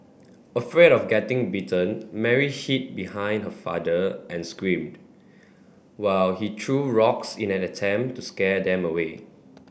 afraid of getting bitten Mary hid behind her father and screamed while he threw rocks in an attempt to scare them away